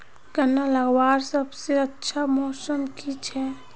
गन्ना लगवार सबसे अच्छा मौसम की छे?